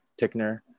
Tickner